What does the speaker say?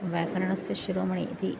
व्याकरणस्य शिरोमणि इति